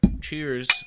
Cheers